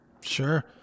Sure